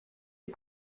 est